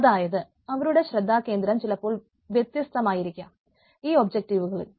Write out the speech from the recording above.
അതായത് അവരുടെ ശ്രദ്ധാ കേന്ദ്രം ചിലപ്പോൾ വ്യത്യാസമായിരിക്കാം ഈ ഒബ്ജക്ടീവുകളിൽ